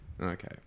Okay